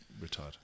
retired